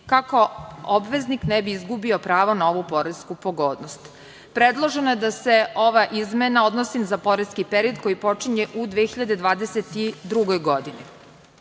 kako obveznik ne bi izgubio pravo na ovu poresku pogodnost. Predloženo je da se ova izmena odnosi za poreski period koji počinje u 2022. godini. Osnovni